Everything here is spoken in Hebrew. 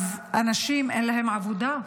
אז לאנשים אין עבודה,